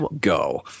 go